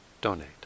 donate